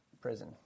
prison